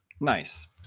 nice